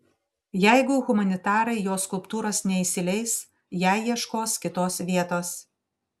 jeigu humanitarai jo skulptūros neįsileis jai ieškos kitos vietos